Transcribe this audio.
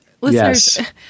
Listeners